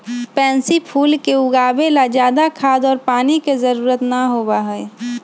pansy फूल के उगावे ला ज्यादा खाद और पानी के जरूरत ना होबा हई